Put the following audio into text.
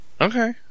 Okay